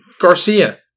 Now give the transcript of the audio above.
Garcia